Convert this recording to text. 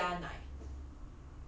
err 加奶